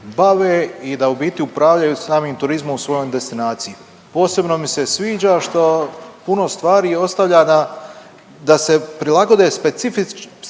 biti upravljaju samim turizmom u svojoj destinaciji. Posebno mi se sviđa što puno stvari ostavlja na da se prilagode specifičnostima